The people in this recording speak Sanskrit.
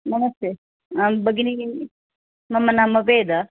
नमस्ते भगिनि मम नाम वेदा